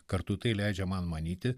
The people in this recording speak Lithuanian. kartu tai leidžia man manyti